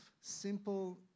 simple